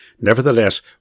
Nevertheless